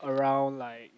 around like